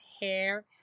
hair